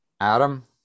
Adam